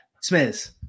Smith